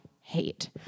hate